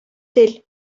тел